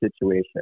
situation